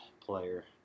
player